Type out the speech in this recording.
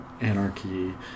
anarchy